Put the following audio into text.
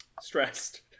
stressed